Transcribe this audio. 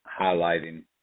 highlighting